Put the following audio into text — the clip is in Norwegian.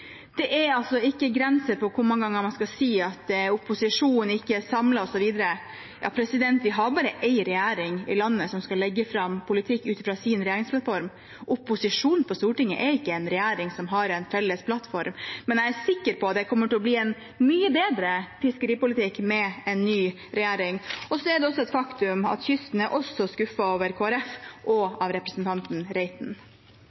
hvor mange ganger man skal si at opposisjonen ikke er samlet, osv. Vi har bare én regjering i landet, som skal legge fram politikk ut fra sin regjeringsplattform. Opposisjonen på Stortinget er ikke en regjering som har en felles plattform, men jeg er sikker på at det kommer til å bli en mye bedre fiskeripolitikk med en ny regjering. Det er også et faktum at kysten er skuffet over